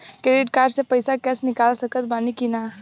Credit card से पईसा cash निकाल सकत बानी की ना?